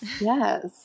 yes